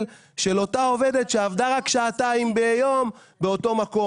של אותה עובדת שעבדה רק שעתיים ביום באותו מקום.